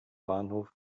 bahnhof